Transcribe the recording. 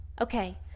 okay